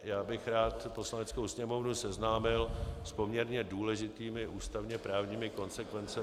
Já bych rád Poslaneckou sněmovnu seznámil s poměrně důležitými ústavněprávními konsekvencemi.